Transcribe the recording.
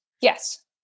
Yes